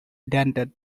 dented